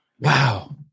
Wow